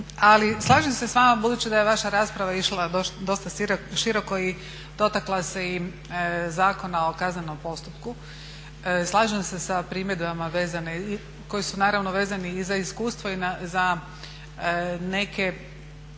Ali slažem se s vama budući da je vaša rasprava išla dosta široko i dotakla se i Zakona o kaznenom postupku, slažem se sa primjedbama vezanim, koje su naravno vezane i za iskustvo i za neke